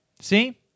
See